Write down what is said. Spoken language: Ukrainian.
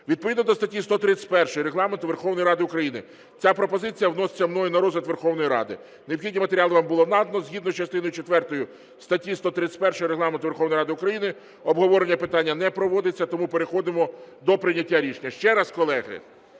Відповідно до статті 131 Регламенту Верховної Ради України ця пропозиція вноситься мною на розгляд Верховної Ради. Необхідні матеріали вам було надано. Згідно з частиною четвертою статті 131 Регламенту Верховної Ради України обговорення питання не проводиться, тому переходимо до прийняття рішення. Ще раз, колеги,